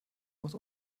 muss